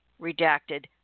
Redacted